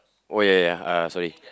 oh ya ya uh sorry